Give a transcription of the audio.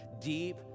deep